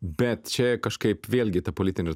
bet čia kažkaip vėlgi ta politinė